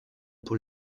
pour